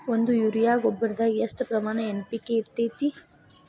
ಒಂದು ಯೂರಿಯಾ ಗೊಬ್ಬರದಾಗ್ ಎಷ್ಟ ಪ್ರಮಾಣ ಎನ್.ಪಿ.ಕೆ ಇರತೇತಿ?